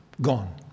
gone